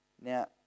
Now